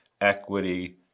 equity